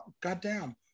goddamn